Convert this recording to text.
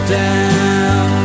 down